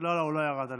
הוא קצת ירד עליך.